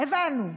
הבנו,